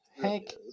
Hank